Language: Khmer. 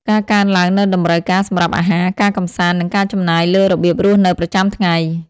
ការកើនឡើងនូវតម្រូវការសម្រាប់អាហារ ការកម្សាន្ត និងការចំណាយលើរបៀបរស់នៅប្រចាំថ្ងៃ។